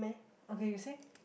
okay you say